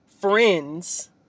friends